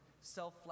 self